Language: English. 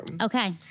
Okay